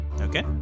okay